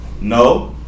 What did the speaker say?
No